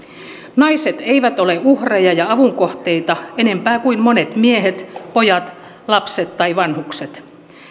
naiset eivät ole uhreja ja avun kohteita enempää kuin monet miehet pojat lapset tai vanhukset